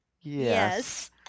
yes